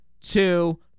two